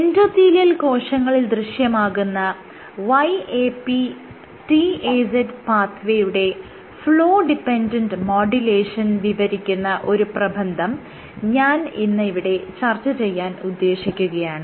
endothelial കോശങ്ങളിൽ ദൃശ്യമാകുന്ന YAPTAZ പാത്ത് വേയുടെ ഫ്ലോ ഡിപെൻഡന്റ് മോഡുലേഷൻ വിവരിക്കുന്ന ഒരു പ്രബന്ധം ഞാൻ ഇന്ന് ഇവിടെ ചർച്ച ചെയ്യാൻ ഉദ്ദേശിക്കുകയാണ്